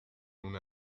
una